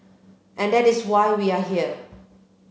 and that is why we are here